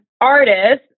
artist